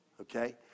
Okay